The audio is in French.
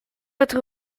être